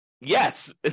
yes